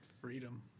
freedom